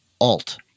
alt